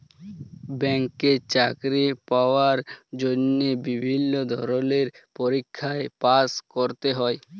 ব্যাংকে চাকরি পাওয়ার জন্হে বিভিল্য ধরলের পরীক্ষায় পাস্ ক্যরতে হ্যয়